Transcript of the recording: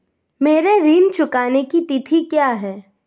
मेरे ऋण चुकाने की तिथि क्या है?